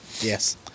Yes